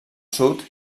sud